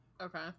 okay